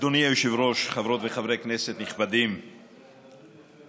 אדוני היושב-ראש, חברות וחברי כנסת נכבדים, אליהו,